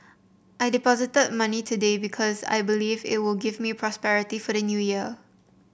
I deposited money today because I believe it will give me prosperity for the New Year